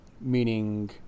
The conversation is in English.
meaning